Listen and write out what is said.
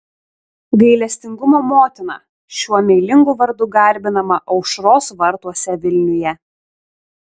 gailestingumo motina šiuo meilingu vardu garbinama aušros vartuose vilniuje